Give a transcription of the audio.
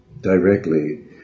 directly